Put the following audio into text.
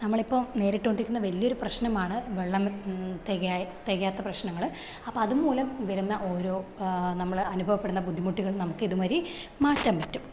നമ്മളിപ്പോൾ നേരിട്ട് കൊണ്ടിരിക്കുന്ന വലിയൊരു പ്രശ്നമാണ് വെള്ളം തികയാതെ തികയാത്ത പ്രശ്നങ്ങൾ അപ്പോൾ അതുമൂലം വരുന്ന ഓരോ നമ്മൾ അനുഭവപ്പെടുന്ന ബുദ്ധിമുട്ടുകൾ നമുക്ക് ഇതുമൊരി മാറ്റാന് പറ്റും